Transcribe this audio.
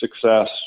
success